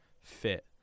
fit